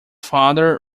father